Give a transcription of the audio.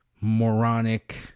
moronic